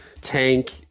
tank